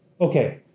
Okay